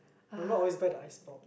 my mum always buy the ice pop